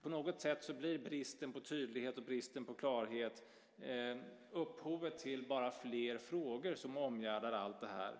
På något sätt ger bristen på tydlighet och bristen på klarhet bara upphov till att fler frågor omgärdar allt det här.